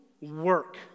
work